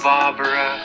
Barbara